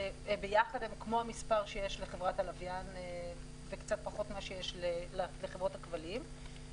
ביחד הם כמו המספר שיש לחברת הלוויין וקצת פחות ממה שיש לחברות הכבלים.